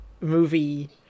movie